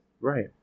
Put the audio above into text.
Right